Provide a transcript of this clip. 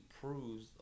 proves